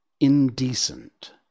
indecent